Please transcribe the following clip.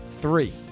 Three